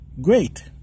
great